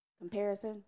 Comparison